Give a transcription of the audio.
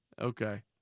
Okay